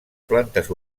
plantes